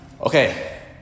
okay